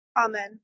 Amen